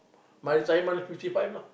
my retirement fifty five lah